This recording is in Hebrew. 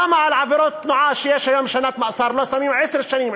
למה על עבירות תנועה שיש היום שנת מאסר לא שמים עשר שנים,